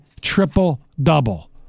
triple-double